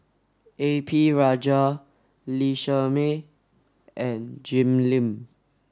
A P Rajah Lee Shermay and Jim Lim